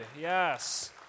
yes